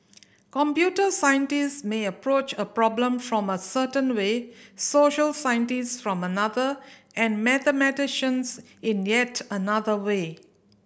computer scientist may approach a problem from a certain way social scientist from another and mathematicians in yet another way